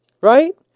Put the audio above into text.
Right